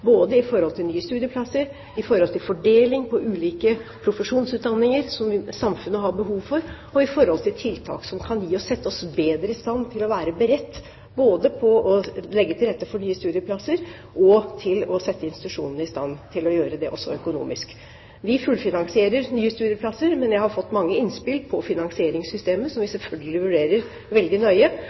både når det gjelder nye studieplasser, fordeling på ulike profesjonsutdanninger, som samfunnet har behov for, og når det gjelder tiltak som kan sette oss bedre i stand til å være beredt, både til å legge til rette for nye studieplasser og til å sette institusjonene i stand til å gjøre det også økonomisk. Vi fullfinansierer nye studieplasser, men jeg har fått mange innspill om finansieringssystemer som vi selvfølgelig vurderer veldig nøye.